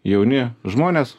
jauni žmonės